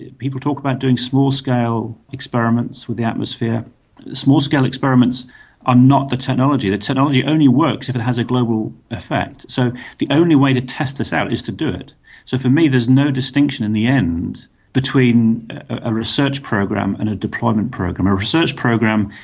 people talk about doing small-scale experiments with the atmosphere, but small-scale experiments are not the technology. the technology only works if it has a global effect. so the only way to test this out is to do it. so for me there is no distinction in the end between a research program and a deployment program. a research program,